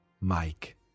Mike